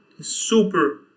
super